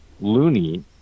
loony